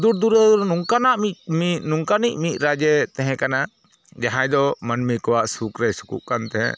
ᱦᱩᱫᱩᱲ ᱫᱩᱨᱜᱟᱹ ᱱᱚᱝᱠᱟᱱᱟᱜ ᱢᱤᱫ ᱢᱤᱫ ᱱᱚᱝᱠᱟᱱᱤᱡ ᱢᱤᱫ ᱨᱟᱡᱮᱫ ᱛᱟᱦᱮᱸ ᱠᱟᱱᱟ ᱡᱟᱦᱟᱸᱭ ᱫᱚ ᱢᱟᱹᱱᱢᱤ ᱠᱚᱣᱟᱜ ᱥᱩᱠ ᱨᱮᱭ ᱥᱩᱠᱚᱜ ᱠᱟᱱ ᱛᱟᱦᱮᱸ